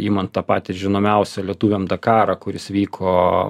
imant tą patį žinomiausią lietuviam dakarą kuris vyko